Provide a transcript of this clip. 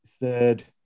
third